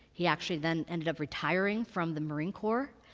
he actually then ended up retiring from the marine corps.